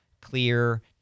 clear